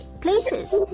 places